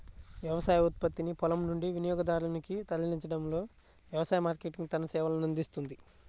వ్యవసాయ ఉత్పత్తిని పొలం నుండి వినియోగదారునికి తరలించడంలో వ్యవసాయ మార్కెటింగ్ తన సేవలనందిస్తుంది